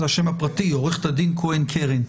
מעו"ד כהן קרן,